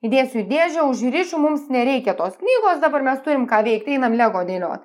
įdėsiu į dėžę užrišiu mums nereikia tos knygos dabar mes turim ką veikt einam lego dėliot